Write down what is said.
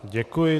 Děkuji.